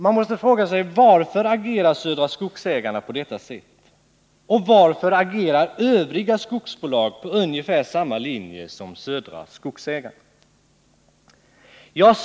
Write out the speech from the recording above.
Man måste fråga sig: Varför agerar Södra Skogsägarna på detta sätt, och varför agerar övriga skogsbolag på ungefär samma sätt som Södra Skogsägarna?